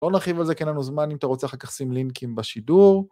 בוא נרחיב על זה כי אין לנו זמן, אם אתה רוצה אחר כך שים לינקים בשידור.